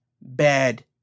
bad